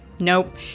Nope